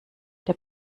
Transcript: der